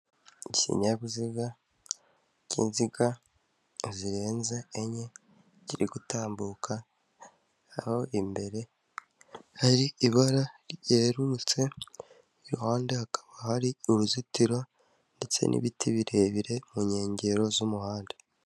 Ikinyabiziga cy'inziga zirenze enye kiri gutambuka, aho imbere hari ibara ryerurutse iruhande hakaba hari uruzitiro ndetse n'ibiti birebire mu nkengero z'umuhanda.